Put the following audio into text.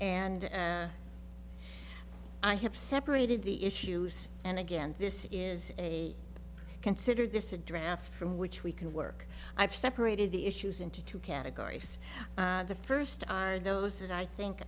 and i have separated the issues and again this is a consider this a draft from which we can work i've separated the issues into two categories the first those that i think